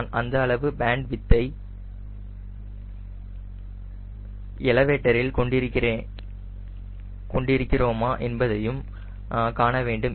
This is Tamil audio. நாம் அந்த அளவு பேன்ட் விட்த்தை எலவேட்டரில் கொண்டிருக்கிறோமா என்பதையும் காண வேண்டும்